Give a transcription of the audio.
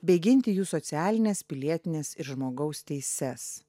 bei ginti jų socialines pilietines ir žmogaus teises